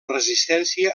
resistència